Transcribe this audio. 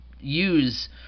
use